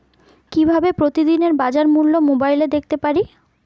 কিভাবে প্রতিদিনের বাজার মূল্য মোবাইলে দেখতে পারি?